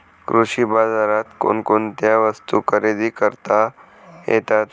कृषी बाजारात कोणकोणत्या वस्तू खरेदी करता येतात